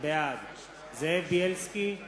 בעד זאב בילסקי,